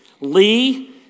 Lee